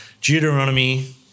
Deuteronomy